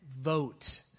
vote